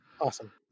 Awesome